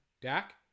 Dak